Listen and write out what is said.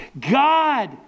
God